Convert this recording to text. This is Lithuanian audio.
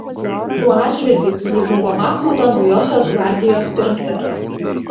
tuo atžvilgiu ji buvo machmudo naujosios gvardijos pirmtakė